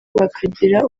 bakagira